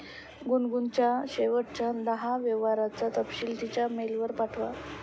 गुनगुनच्या शेवटच्या दहा व्यवहारांचा तपशील तिच्या मेलवर पाठवा